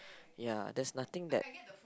ya there's nothing that